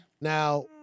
Now